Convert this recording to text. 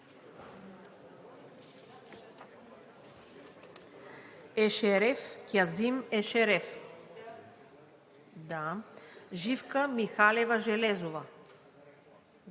Ешереф Кязим Ешереф - тук Живка Михалева Железова